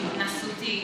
שהוא התנסותי,